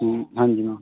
ਹਾਂਜੀ ਮੈਮ